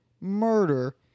murder